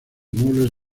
muebles